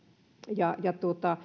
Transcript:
ja ja